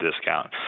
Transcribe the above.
discount